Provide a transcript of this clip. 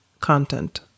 content